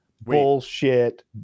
bullshit